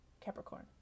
Capricorn